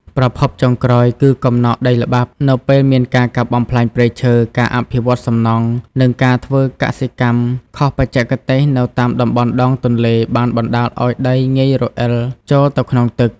ប្រភពចុងក្រោយគឺ កំណកដីល្បាប់ នៅពេលមានការកាប់បំផ្លាញព្រៃឈើ ការអភិវឌ្ឍសំណង់ និងការធ្វើកសិកម្មខុសបច្ចេកទេសនៅតាមតំបន់ដងទន្លេ បានបណ្តាលឱ្យដីងាយរអិលចូលទៅក្នុងទឹក។